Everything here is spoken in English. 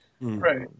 Right